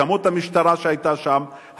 כמות המשטרה שהיתה שם,